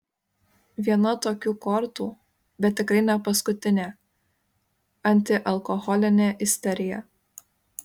viena tokių kortų bet tikrai ne paskutinė antialkoholinė isterija